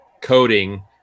coding